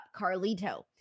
Carlito